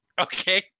Okay